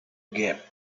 gap